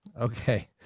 Okay